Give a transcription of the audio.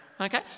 Okay